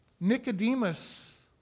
Nicodemus